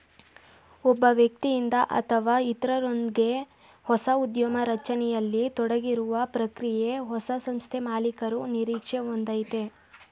ಒಬ್ಬ ವ್ಯಕ್ತಿಯಿಂದ ಅಥವಾ ಇತ್ರರೊಂದ್ಗೆ ಹೊಸ ಉದ್ಯಮ ರಚನೆಯಲ್ಲಿ ತೊಡಗಿರುವ ಪ್ರಕ್ರಿಯೆ ಹೊಸ ಸಂಸ್ಥೆಮಾಲೀಕರು ನಿರೀಕ್ಷೆ ಒಂದಯೈತೆ